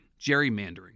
gerrymandering